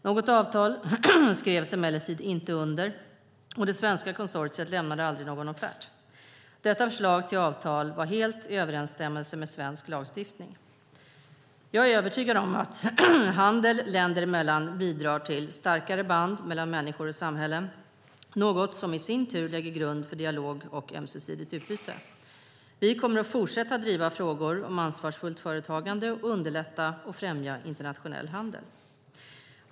Något avtal skrevs emellertid inte under, och det svenska konsortiet lämnade aldrig någon offert. Detta förslag till avtal var helt i överensstämmelse med svensk lagstiftning. Jag är övertygad om att handel länder emellan bidrar till starkare band mellan människor och samhällen, något som i sin tur lägger grund för dialog och ömsesidigt utbyte. Vi kommer att fortsätta att driva frågor om ansvarsfullt företagande och underlätta och främja internationell handel.